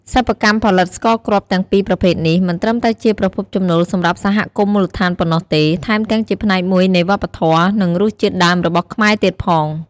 សិប្បកម្មផលិតស្ករគ្រាប់ទាំងពីរប្រភេទនេះ មិនត្រឹមតែជាប្រភពចំណូលសម្រាប់សហគមន៍មូលដ្ឋានប៉ុណ្ណោះទេ ថែមទាំងជាផ្នែកមួយនៃវប្បធម៌ និងរសជាតិដើមរបស់ខ្មែរទៀតផង។